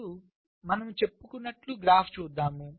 ఇప్పుడు మనము చెప్పుకున్నట్టు గ్రాఫ్ చూద్దాం